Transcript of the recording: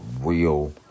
real